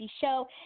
Show